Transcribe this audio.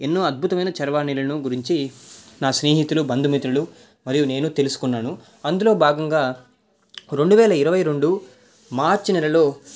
ఎన్నో అద్భుతమైన చరవాణిలను గురించి నా స్నేహితులు బంధుమిత్రులు మరియు నేను తెలుసుకున్నాను అందులో భాగంగా రెండు వేల ఇరవై రెండు మార్చ్ నెలలో